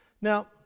Now